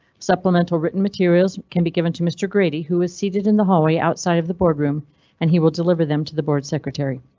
supplemental written materials can be given to mr grady who was seated in the hallway outside of the boardroom and he will deliver them to the board secretary.